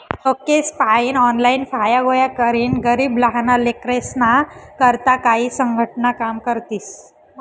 लोकेसपायीन ऑनलाईन फाया गोया करीन गरीब लहाना लेकरेस्ना करता काई संघटना काम करतीस